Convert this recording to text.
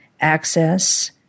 access